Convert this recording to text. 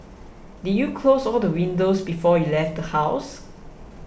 did you close all the windows before you left the house